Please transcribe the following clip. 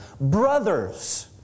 Brothers